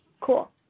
cool